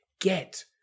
get